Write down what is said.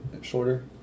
shorter